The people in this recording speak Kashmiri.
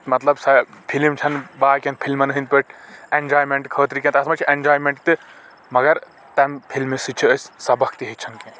مطلب سۄ فلم چھِنہٕ باقی ین فلمَن ہٕنٛدۍ پٲٹھۍ ایٚنجایمنٹ خٲطرٕ کینٛہہ تتھ منٛز چھِ اینٛجایِمنٹ تہِ مگر تمہِ فلمہِ سۭتۍ چھِ أسۍ سبق تہِ ہیٚچھان کینٛہہ